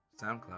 SoundCloud